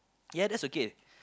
ya that's okay